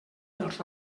dels